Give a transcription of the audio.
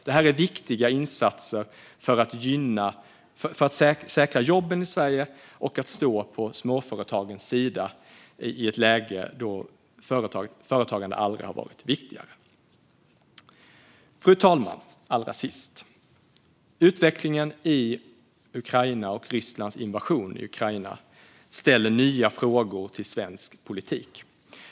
Det här är viktiga insatser för att vi ska säkra jobben i Sverige och stå på småföretagens sida i ett läge där företagande aldrig har varit viktigare. Fru talman! Allra sist - utvecklingen i Ukraina och med Rysslands invasion i Ukraina ställer nya frågor till svensk politik.